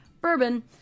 bourbon